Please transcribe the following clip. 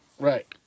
Right